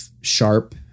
sharp